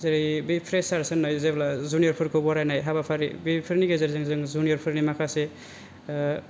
जेरै बे प्रेसारस होन्नाय जेब्ला जुनिअरफोरखौ बरायनाय हाबाफारि बेफोरनि गेजेरजों जों जुनिअरफोरनि माखासे